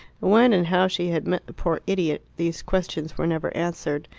when and how she had met the poor idiot these questions were never answered,